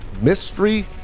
mystery